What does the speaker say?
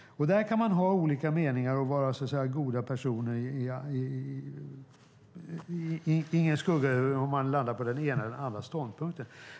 Där kan man ha olika meningar och vara så att säga goda personer. Ingen skugga över den som hamnar på den ena eller andra ståndpunkten.